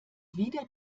wieder